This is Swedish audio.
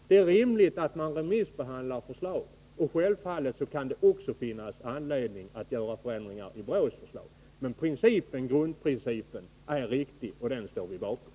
Det är rimligt att man remissbehandlar förslag, och självfallet kan det också finnas anledning att göra förändringar i BRÅ:s förslag. Men grundprincipen är riktig, och den står vi bakom.